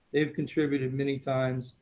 they've contributed many times,